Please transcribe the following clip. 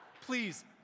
Please